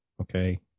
Okay